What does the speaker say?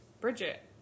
Bridget